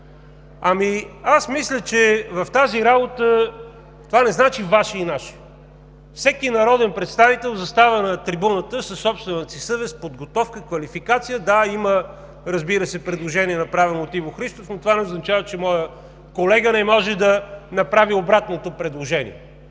Ами аз мисля, че в тази работа това не значи ваше и наше. Всеки народен представител застава на трибуната със собствената си съвест, подготовка, квалификация. Да, разбира се, има предложение, направено от Иво Христов, но това не означава, че моят колега не може да направи обратното предложение.